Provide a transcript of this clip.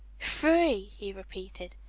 free! he repeated.